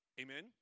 Amen